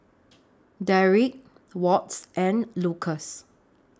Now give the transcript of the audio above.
Dereck Walts and Lukas